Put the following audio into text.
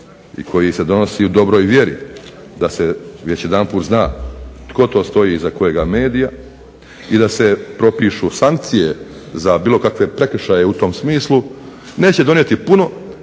i koji se donosi u dobroj vjeri da se već jedanput zna tko to stoji iza kojega medija i da se propišu sankcije za bilo kakve prekršaje u tom smislu neće donijeti puno